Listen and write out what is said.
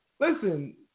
listen